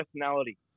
personality